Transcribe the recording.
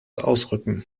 ausrücken